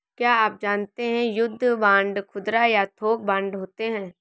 क्या आप जानते है युद्ध बांड खुदरा या थोक बांड होते है?